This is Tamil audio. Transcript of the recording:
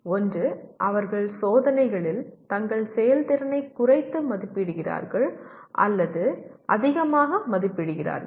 ஒன்று அவர்கள் சோதனைகளில் தங்கள் செயல்திறனை குறைத்து மதிப்பிடுகிறார்கள் அல்லது அதிகமாக மதிப்பிடுகிறார்கள்